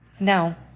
Now